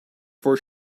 for